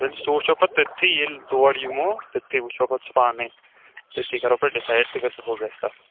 تیٚلہِ سُہ وُچھو پتہٕ تٔتھٕے ییٚلہِ تور یِمو تٔتھٕے وُچھو پتہٕ سُہ پانٕے تٔتھٕے کَرو پتہٕ ڈِسایِڈ تہٕ کوٗتاہ ہُہ گَژھِ تَتھ